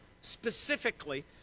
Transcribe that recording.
specifically